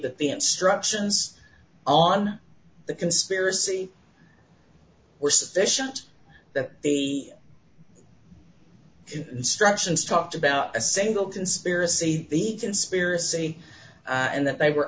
that the instructions on the conspiracy were sufficient that the instructions talked about a single conspiracy the conspiracy and that they were